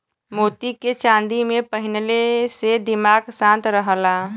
मोती के चांदी में पहिनले से दिमाग शांत रहला